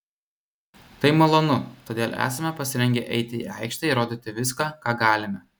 tai malonu todėl esame pasirengę eiti į aikštę ir rodyti viską ką galime